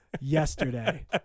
yesterday